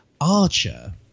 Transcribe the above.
Archer